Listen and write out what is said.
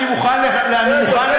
אני מוכן לצרף.